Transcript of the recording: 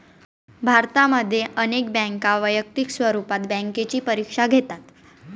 भारतामध्ये अनेक बँका वैयक्तिक स्वरूपात बँकेची परीक्षा घेतात